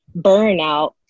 burnout